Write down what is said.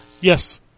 Yes